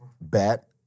bet